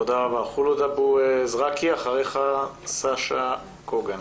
תודה רבה אחרייך סשה קוגן.